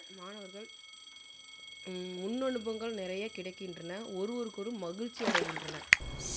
மாணவர்கள் முன் அனுபவங்கள் நிறைய கிடைக்கின்றன ஒருவருக்கொரு மகிழ்ச்சி அடைகின்றனர்